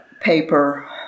paper